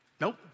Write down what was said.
nope